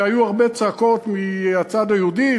והיו הרבה צעקות מהצד היהודי,